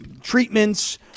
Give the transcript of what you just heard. treatments